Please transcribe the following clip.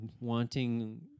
wanting